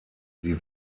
sie